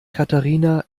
katharina